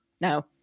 No